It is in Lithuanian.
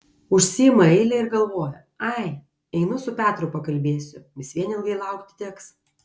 užsiima eilę ir galvoja ai einu su petru pakalbėsiu vis vien ilgai laukti teks